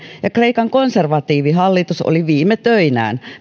ja kreikan konservatiivihallitus oli viime töinään